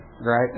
Right